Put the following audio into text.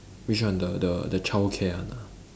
which one the the the childcare one ah